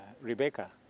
Rebecca